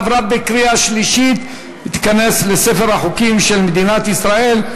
עברה בקריאה שלישית ותיכנס לספר החוקים של מדינת ישראל.